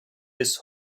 his